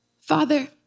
Father